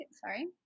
sorry